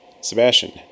Sebastian